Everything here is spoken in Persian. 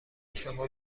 شما